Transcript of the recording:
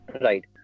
Right